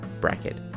bracket